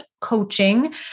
coaching